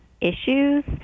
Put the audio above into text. issues